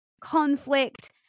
conflict